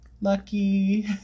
lucky